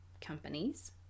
companies